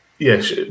Yes